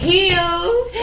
Heels